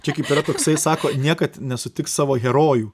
čia kaip yra toksai sako niekad nesutik savo herojų